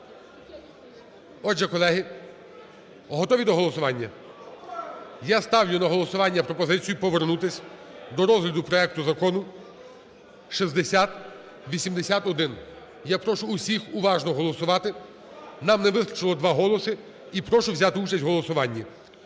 Отже, колеги, готові до голосування? Я ставлю на голосування пропозицію повернутися до розгляду проекту Закону 6081. Я прошу усіх уважно голосувати, нам не вистачило два голоси, і прошу взяти участь в голосуванні.